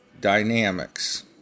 dynamics